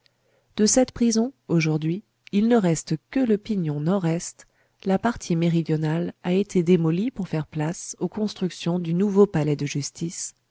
de cette prison aujourd'hui il ne reste que le pignon nord-est la partie méridionale a été démolie pour faire place aux constructions du nouveau palais-de-justice